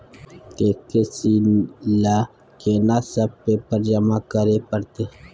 KCC ल केना सब पेपर जमा करै परतै?